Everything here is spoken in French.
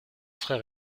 frère